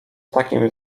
takim